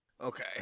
Okay